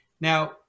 Now